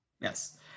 Yes